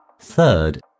Third